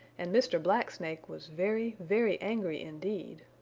and mr. black snake was very, very angry indeed.